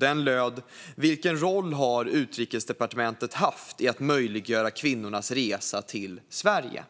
Den löd så här: "Vilken roll har Utrikesdepartementet haft i att möjliggöra kvinnornas resa till Sverige?"